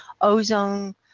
ozone